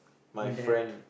in depth